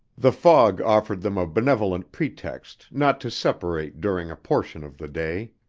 the fog offered them a benevolent pretext not to separate during a portion of the day.